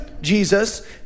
Jesus